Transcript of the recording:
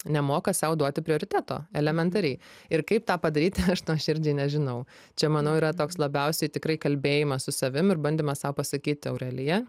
nemoka sau duoti prioriteto elementariai ir kaip tą padaryti aš nuoširdžiai nežinau čia manau yra toks labiausiai tikrai kalbėjimas su savim ir bandymas sau pasakyti aurelija